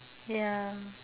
ya